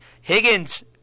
Higgins